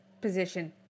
position